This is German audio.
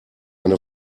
eine